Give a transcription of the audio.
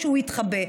שהוא יתחבא.